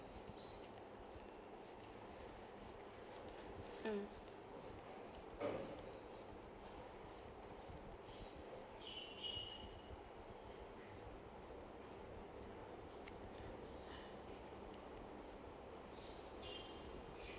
mm